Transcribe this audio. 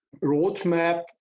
roadmap